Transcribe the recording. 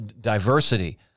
diversity